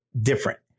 different